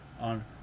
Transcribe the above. on